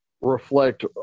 reflect